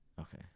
Okay